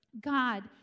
God